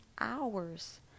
hours